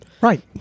Right